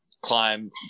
climb